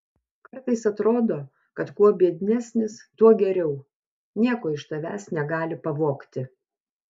kartais atrodo kad kuo biednesnis tuo geriau nieko iš tavęs negali pavogti